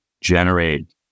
generate